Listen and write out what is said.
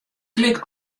klik